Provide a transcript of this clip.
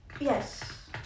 Yes